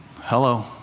hello